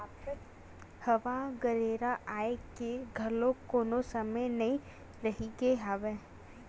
हवा गरेरा आए के घलोक कोनो समे नइ रहिगे हवय